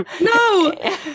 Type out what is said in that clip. No